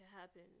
happen